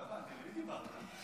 לא הבנתי, למי דיברת?